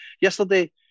yesterday